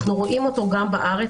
אנחנו רואים אותו גם בארץ,